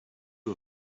you